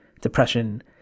depression